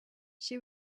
she